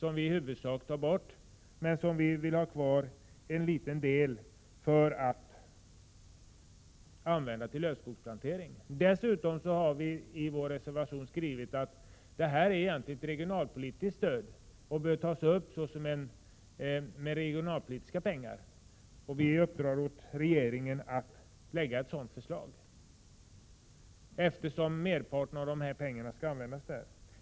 Vi vill i huvudsak ta bort bidraget, men en liten del vill vi ha kvar att använda till lövskogsplantering. Dessutom har vi i vår reservation skrivit att vi anser att detta egentligen är ett regionalpolitiskt stöd som bör betalas med regionalpolitiska pengar. Vi vill uppdra åt regeringen att lägga fram ett förslag om detta, eftersom merparten av dessa pengar används för sådant ändamål.